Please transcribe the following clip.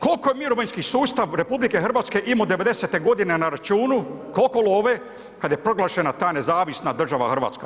Kolko je mirovinski sustav RH imo '90.g. na računu, kolko love kad je proglašena ta nezavisna država Hrvatska?